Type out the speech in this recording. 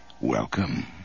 Welcome